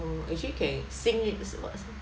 actually can sing it